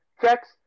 checks